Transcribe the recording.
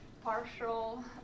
partial